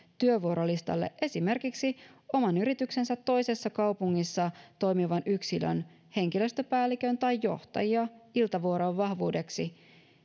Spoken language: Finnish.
työvuorolistalle esimerkiksi oman yrityksensä toisessa kaupungissa toimivan yksilön henkilöstöpäällikön tai johtajia iltavuoroon vahvuudeksi